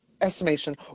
estimation